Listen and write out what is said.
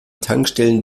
tankstellen